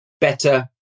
better